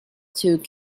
took